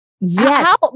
Yes